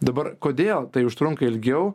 dabar kodėl tai užtrunka ilgiau